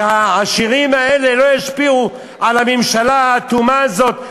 שהעשירים האלה לא ישפיעו על הממשלה האטומה הזאת.